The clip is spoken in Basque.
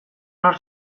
nor